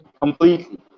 completely